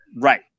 right